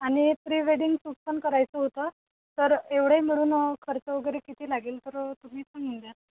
आणि pre wedding shoot पण करायचं होतं तर एवढे मिळून खर्च वगैरे किती लागेल तर तुम्ही द्या